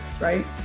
right